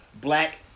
Black